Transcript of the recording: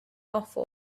offer